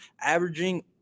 averaging